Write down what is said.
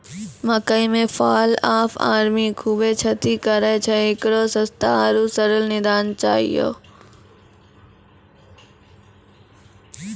मकई मे fall of army खूबे क्षति करेय छैय, इकरो सस्ता आरु सरल निदान चाहियो छैय?